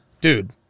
Dude